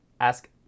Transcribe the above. ask